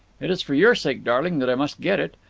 it is for your sake, darling, that i must get it.